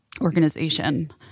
Organization